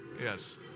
Yes